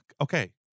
okay